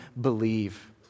believe